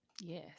Yes